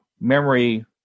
memory